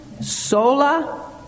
sola